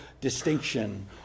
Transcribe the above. distinction